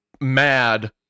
mad